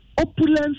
Opulence